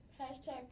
Hashtag